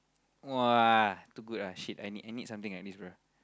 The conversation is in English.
!wah! too good ah shit I need I need something like bruh